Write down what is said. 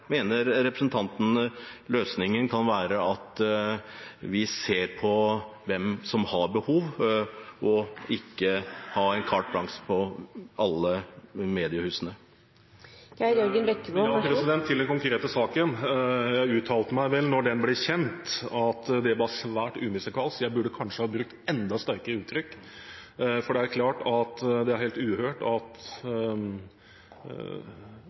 mener representanten løsningen kan være at vi ser på hvem som har behov, og ikke gir carte blanche til alle mediehusene? Til den konkrete saken: Jeg uttalte vel, da den ble kjent, at det var svært umusikalsk. Jeg burde kanskje ha brukt enda sterkere uttrykk, for det er helt uhørt at